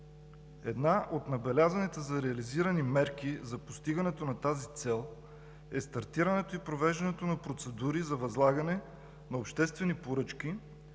Една от набелязаните за реализиране мерки за постигането на тази цел е стартирането и провеждането на процедури за възлагане на обществени поръчки